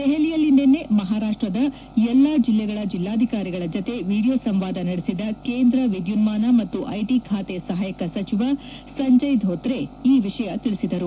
ದೆಹಲಿಯಲ್ಲಿ ನಿನ್ನೆ ಮಹಾರಾಷ್ಟದ ಎಲ್ಲಾ ಜಿಲ್ಲೆಗಳ ಜಿಲ್ಲಾಧಿಕಾರಿಗಳ ಜತೆ ವಿಡಿಯೋ ಸಂವಾದ ನಡೆಸಿದ ಕೇಂದ್ರ ವಿದ್ಯುನ್ಮಾನ ಮತ್ತು ಐಟಿ ಖಾತೆ ಸಹಾಯಕ ಸಚಿವ ಸಂಜಯ್ ಧೋತ್ರೆ ಈ ವಿಷಯ ತಿಳಿಸಿದರು